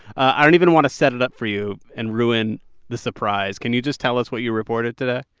i don't even want to set it up for you and ruin the surprise. can you just tell us what you reported today?